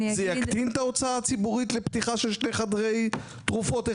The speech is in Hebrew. זה יקטין את ההוצאה הציבורית לפתיחה של שני חדרי תרופות,